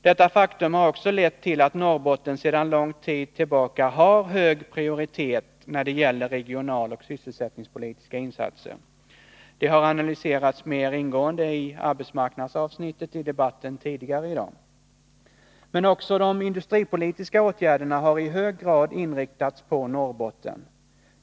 Detta faktum har också lett till att Norrbotten sedan lång tid tillbaka har hög prioritet när det gäller regionaloch sysselsättningspolitiska insatser. Det har analyserats mer ingående i arbetsmarknadsavsnittet i debatten tidigare i dag. Men också de industripolitiska åtgärderna har i hög grad inriktats på Norrbotten.